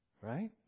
right